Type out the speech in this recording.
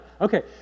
okay